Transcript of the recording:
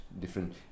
different